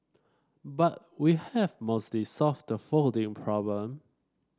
but we have mostly solved the folding problem